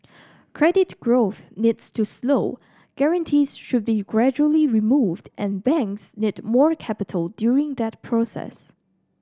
credit growth needs to slow guarantees should be gradually removed and banks need more capital during that process